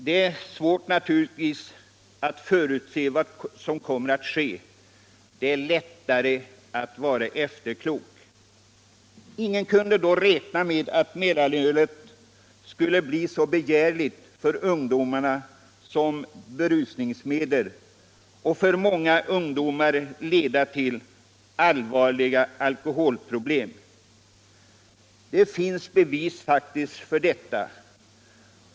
Det är ofta svårt att förutse vad som kommer att ske; det är naturligtvis lättare att vara efterklok. Ingen kunde då räkna med att mellanölet skulle bli så begärligt för ungdomarna som berusningsmedel och för många ungdomar leda till allvarliga alkoholproblem. Det finns faktiska bevis för att så är fallet.